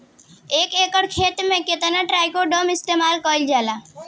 एक एकड़ खेत में कितना ट्राइकोडर्मा इस्तेमाल कईल जाला?